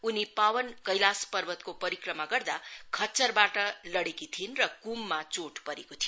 उनी पावन कैलाश पर्वतको परिक्रमा गर्दा खच्चरबाट लड़ेकी थिइन् र क्ममा चोट परेको थियो